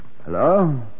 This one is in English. Hello